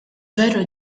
veru